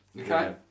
Okay